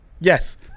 Yes